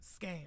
Scam